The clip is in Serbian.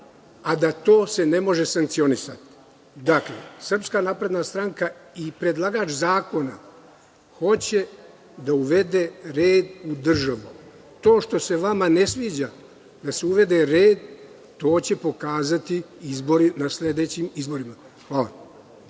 a da se to ne može sankcionisati. Dakle, SNS i predlagač zakona hoće da uvede red u državu. To što se vama ne sviđa da se uvede red, to će se pokazati na sledećim izborima. Hvala.